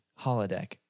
holodeck